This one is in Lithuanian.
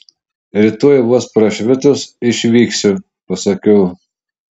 rytoj vos prašvitus išvyksiu pasakiau